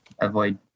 avoid